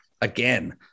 Again